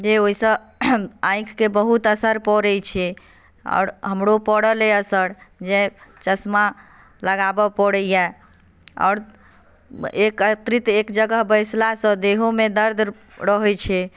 जे ओहिसँ आँखिके बहुत असर पड़ैत छै आओर हमरो पड़ल अइ असर जे चश्मा लगाबय पड़ैए आओर एकत्रित एक जगह बैसलासँ देहोमे दर्द रहैत छै